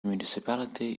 municipality